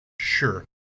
Sure